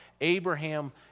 Abraham